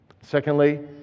Secondly